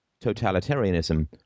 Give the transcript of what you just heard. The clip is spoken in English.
totalitarianism